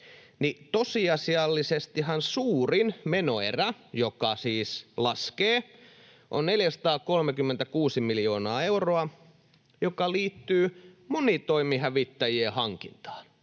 tosiasiallisestihan suurin menoerä, joka siis laskee, on 436 miljoonaa euroa, joka liittyy monitoimihävittäjien hankintaan,